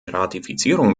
ratifizierung